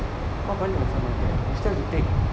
kau balik macam mana eh you still have to take